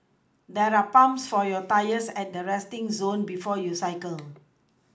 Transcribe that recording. there are pumps for your tyres at the resting zone before you cycle